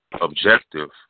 objective